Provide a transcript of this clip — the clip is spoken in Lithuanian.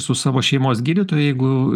su savo šeimos gydytoja jeigu